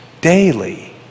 daily